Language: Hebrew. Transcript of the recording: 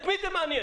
את מי זה מעניין?